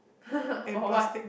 for what